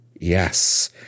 Yes